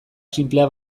sinplea